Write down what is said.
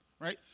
right